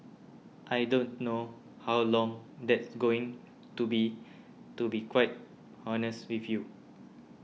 I don't know how long that's going to be to be quite honest with you